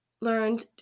learned